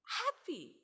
happy